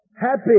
happy